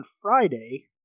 Friday